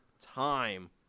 time